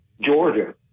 Georgia